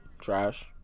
trash